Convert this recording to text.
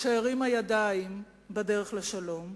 שהרימה ידיים בדרך לשלום.